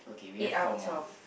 eight out of twelve